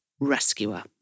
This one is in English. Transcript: rescuer